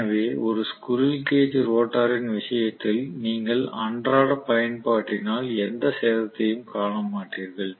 எனவே ஒரு squirrel cage ரோட்டரின் விஷயத்தில் நீங்கள் அன்றாட பயன்பாட்டினால் எந்த சேதத்தையும் காண மாட்டீர்கள்